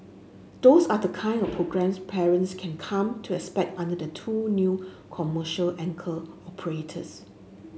those are the kind of programmes parents can come to expect under the two new commercial anchor operators